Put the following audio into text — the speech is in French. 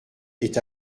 est